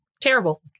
terrible